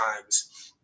times